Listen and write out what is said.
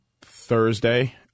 Thursday